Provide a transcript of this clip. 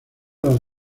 las